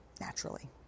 naturally